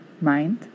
Mind